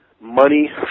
money